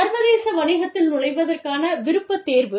சர்வதேச வணிகத்தில் நுழைவதற்கான விருப்பத் தேர்வு